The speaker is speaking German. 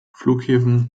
flughäfen